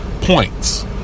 points